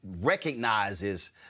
recognizes